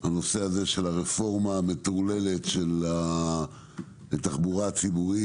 הנושא של הרפורמה המטורללת של התחבורה הציבורית